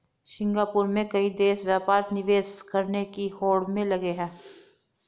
Singapore में कई देश व्यापार निवेश करने की होड़ में लगे हैं